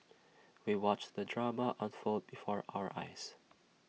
we watched the drama unfold before our eyes